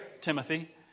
Timothy